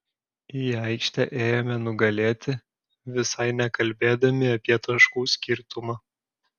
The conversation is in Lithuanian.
į aikštę ėjome nugalėti visai nekalbėdami apie taškų skirtumą